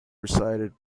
resided